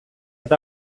eta